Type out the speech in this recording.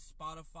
Spotify